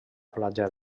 platja